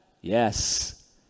Yes